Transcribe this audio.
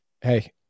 Hey